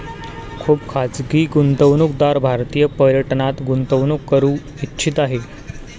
खुप खाजगी गुंतवणूकदार भारतीय पर्यटनात गुंतवणूक करू इच्छित आहे